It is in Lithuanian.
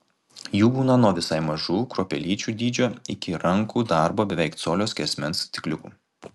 jų būna nuo visai mažų kruopelyčių dydžio iki rankų darbo beveik colio skersmens stikliukų